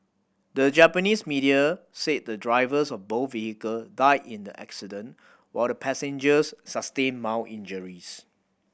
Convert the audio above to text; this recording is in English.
the Japanese media said the drivers of both vehicle died in the accident while the passengers sustained mild injuries